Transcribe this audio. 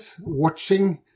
watching